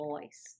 voice